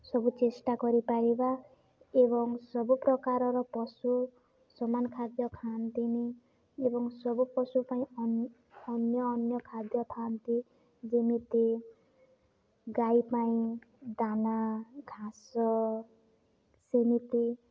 ସବୁ ଚେଷ୍ଟା କରିପାରିବା ଏବଂ ସବୁପ୍ରକାରର ପଶୁ ସମାନ ଖାଦ୍ୟ ଖାଆନ୍ତିନି ଏବଂ ସବୁ ପଶୁ ପାଇଁ ଅନ୍ୟ ଅନ୍ୟ ଖାଦ୍ୟ ଖାଆନ୍ତି ଯେମିତି ଗାଈ ପାଇଁ ଦାନା ଘାସ ସେମିତି